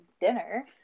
dinner